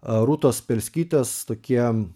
rūtos spelskytės tokie